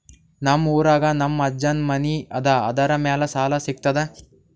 ನಮ್ ಊರಾಗ ನಮ್ ಅಜ್ಜನ್ ಮನಿ ಅದ, ಅದರ ಮ್ಯಾಲ ಸಾಲಾ ಸಿಗ್ತದ?